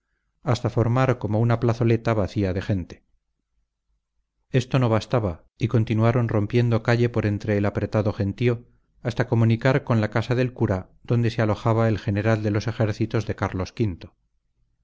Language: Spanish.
hasta formar como una plazoleta vacía de gente esto no bastaba y continuaron rompiendo calle por entre el apretado gentío hasta comunicar con la casa del cura donde se alojaba el general de los ejércitos de carlos